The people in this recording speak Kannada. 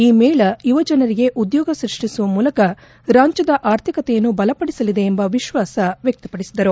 ಈ ಮೇಳ ಯುವಜನರಿಗೆ ಉದ್ಲೋಗ ಸ್ವಪ್ಸಿಸುವ ಮೂಲಕ ರಾಜ್ಯದ ಆರ್ಥಿಕತೆಯನ್ನು ಬಲಪಡಿಸಲಿದೆ ಎಂಬ ವಿಶ್ವಾಸ ಮ್ನಕ್ನಪಡಿಸಿದರು